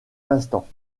l’instant